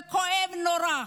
זה כואב נורא.